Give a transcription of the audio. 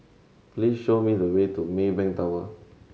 please show me the way to Maybank Tower